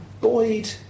Boyd